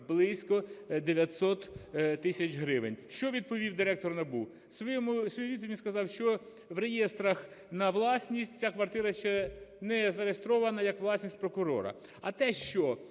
близько 900 тисяч гривень. Що відповів директор НАБУ. У своїй відповіді він сказав, що в реєстрах на власність ця квартира ще не зареєстрована як власність прокурора. А те, що